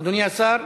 אדוני השר?